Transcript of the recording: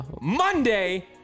Monday